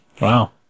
Wow